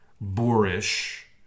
boorish